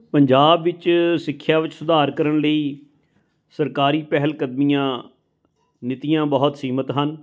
ਪੰਜਾਬ ਵਿੱਚ ਸਿੱਖਿਆ ਵਿੱਚ ਸੁਧਾਰ ਕਰਨ ਲਈ ਸਰਕਾਰੀ ਪਹਿਲਕਦਮੀਆਂ ਨੀਤੀਆਂ ਬਹੁਤ ਸੀਮਿਤ ਹਨ